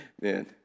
man